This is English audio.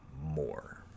More